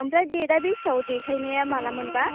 ओमफ्राय डेटआ बेसेयाव देखायनाया मालामोनबा